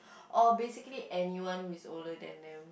or basically anyone who is older than them